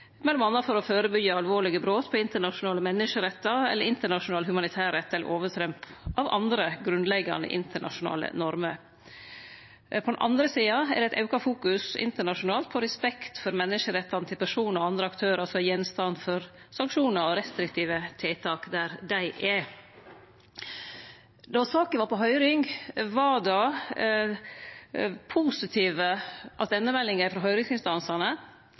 for å førebyggje alvorlege brot på internasjonale menneskerettar eller internasjonal humanitær rett eller overtramp av andre grunnleggjande internasjonale normer. På den andre sida er det eit auka fokus internasjonalt på respekt for menneskerettane til personar og andre aktørar som er gjenstand for sanksjonar og restriktive tiltak der dei er. Då saka var på høyring, var det positive